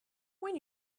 when